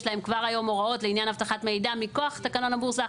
יש להם כבר היום הוראות לעניין אבטחת מידע מכוח תקנון הבורסה.